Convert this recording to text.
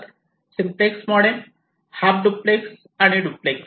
simplex modem half duplex आणि duplex